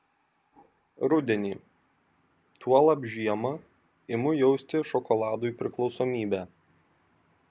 rudenį tuolab žiemą imu jausti šokoladui priklausomybę